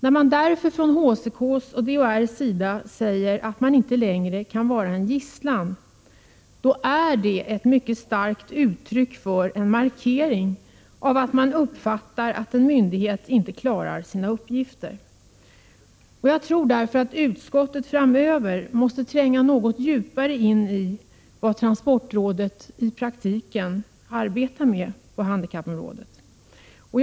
När man därför från HCK och DHR säger att man inte längre kan vara en gisslan är det ett uttryck för och en mycket stark markering av att man uppfattar att en myndighet inte klarar sina uppgifter. Jag tror därför att utskottet framöver måste tränga något djupare in i vad transportrådet i praktiken sysslar med på handikappområdet.